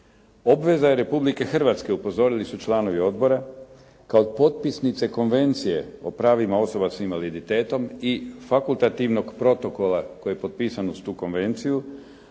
Obveza je Republike Hrvatske upozorili su članovi odbora kao potpisnice Konvencije o pravima osoba s invaliditetom i fakultativnog protokola koji je potpisan uz tu konvenciju